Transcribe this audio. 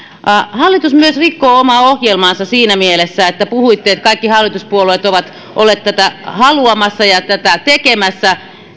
hallitus myös rikkoo omaa ohjelmaansa siinä mielessä että puhuitte että kaikki eduskuntapuolueet ovat olleet tätä haluamassa ja tätä tekemässä